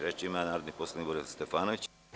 Reč ima narodni poslanik Borislav Stefanović.